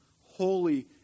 holy